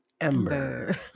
Ember